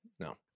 No